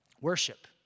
Worship